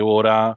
ora